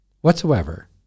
whatsoever